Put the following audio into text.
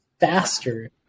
faster